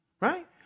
right